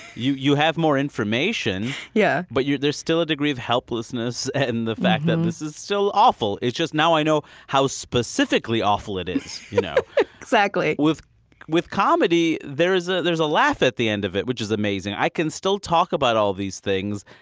you you have more information, yeah but there's still a degree of helplessness and the fact that and this is still awful. it's just now i know how specifically awful it is you know exactly with with comedy, there's a there's a laugh at the end of it, which is amazing. i can still talk about all these things,